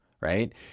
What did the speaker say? right